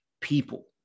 people